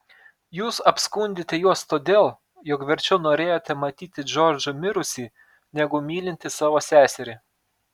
jūs apskundėte juos todėl jog verčiau norėjote matyti džordžą mirusį negu mylintį savo seserį